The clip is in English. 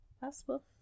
Possible